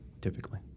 typically